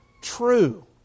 true